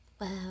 wow